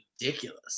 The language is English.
ridiculous